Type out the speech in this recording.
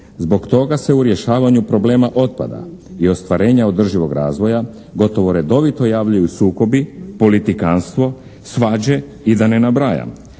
Zbog toga se u rješavanju problema otpada i ostvarenja održivog razvoja gotovo redovito javljaju sukobi, politikantstvo, svađe i da ne nabrajam